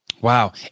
Wow